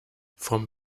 vom